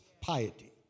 piety